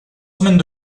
semaines